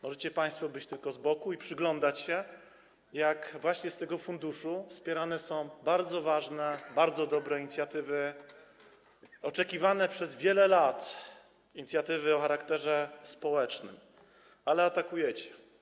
Możecie państwo tylko z boku przyglądać się, jak z tego funduszu wspierane są bardzo ważne, bardzo dobre inicjatywy oczekiwane przez wiele lat, inicjatywy o charakterze społecznym, ale atakujecie.